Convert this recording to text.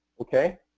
okay